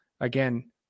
again